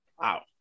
Wow